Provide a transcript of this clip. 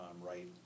Right